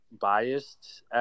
biased